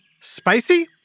spicy